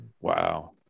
Wow